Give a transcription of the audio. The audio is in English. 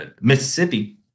mississippi